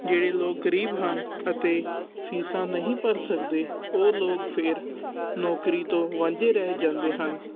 ਜਿਹੜੇ ਲੋਕ ਗਰੀਬ ਹਨ ਅਤੇ ਫੀਸਾਂ ਨਹੀਂ ਭਰ ਸਕਦੇ ਉਹ ਲੋਕ ਫਿਰ ਨੌਕਰੀ ਤੋਂ ਵਾਂਝੇ ਰਹਿ ਜਾਂਦੇ ਹਨ